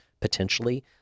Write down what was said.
potentially